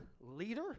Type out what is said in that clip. leader